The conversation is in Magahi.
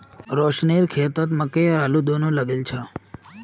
रोशनेर खेतत मकई और आलू दोनो लगइल छ